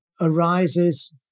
arises